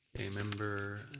okay. member